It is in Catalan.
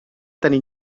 tenir